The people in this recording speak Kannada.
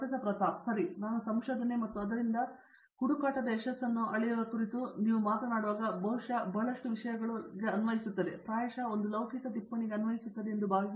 ಪ್ರತಾಪ್ ಹರಿಡೋಸ್ ಸರಿ ನಾನು ಸಂಶೋಧನೆ ಮತ್ತು ಅದರಿಂದ ಹುಡುಕಾಟದ ಯಶಸ್ಸನ್ನು ಅಳೆಯುವ ಕುರಿತು ನೀವು ಮಾತನಾಡುವಾಗ ಬಹುಶಃ ಬಹಳಷ್ಟು ವಿಷಯಗಳಿಗೆ ಅನ್ವಯಿಸುತ್ತದೆ ಮತ್ತು ಪ್ರಾಯಶಃ ಒಂದು ಲೌಕಿಕ ಟಿಪ್ಪಣಿಗೆ ಅನ್ವಯಿಸುತ್ತದೆ ಎಂದು ನಾನು ಭಾವಿಸುತ್ತೇನೆ